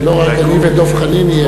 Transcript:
ולא רק אני ודב חנין נהיה פה.